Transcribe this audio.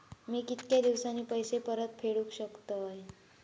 मी कीतक्या दिवसांनी पैसे परत फेडुक शकतय?